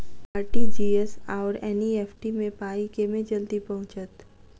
RTGS आओर NEFT मे पाई केँ मे जल्दी पहुँचत?